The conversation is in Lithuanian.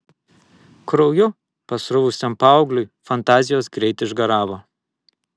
krauju pasruvusiam paaugliui fantazijos greit išgaravo